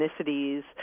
ethnicities